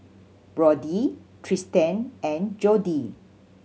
Brody Tristan and Jody